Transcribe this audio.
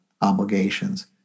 obligations